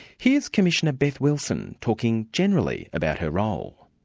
here's commissioner beth wilson talking generally about her role.